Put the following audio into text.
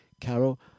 Carol